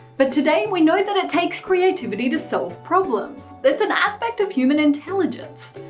but today, we know that it takes creativity to solve problems, it's an aspect of human intelligence.